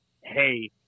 hey